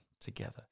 together